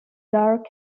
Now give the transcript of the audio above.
dark